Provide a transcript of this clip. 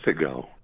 ago